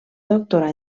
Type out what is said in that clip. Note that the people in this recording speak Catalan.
doctorar